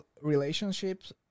relationships